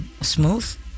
smooth